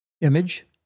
image